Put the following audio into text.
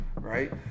right